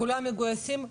כולם מגויסים.